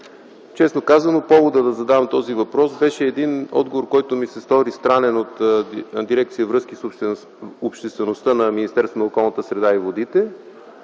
Честно казано поводът да задам този въпрос беше един отговор, който ми се стори странен, от дирекция „Връзки с обществеността” на Министерството